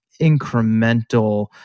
incremental